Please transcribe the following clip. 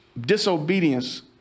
Disobedience